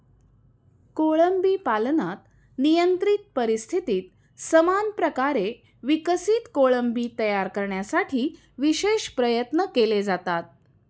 कोळंबी पालनात नियंत्रित परिस्थितीत समान प्रकारे विकसित कोळंबी तयार करण्यासाठी विशेष प्रयत्न केले जातात